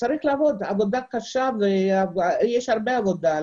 צריך לעבוד, זו עבודה קשה ויש הרבה עבודה.